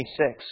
26